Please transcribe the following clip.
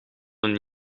een